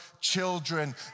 children